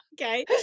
okay